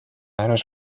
ainus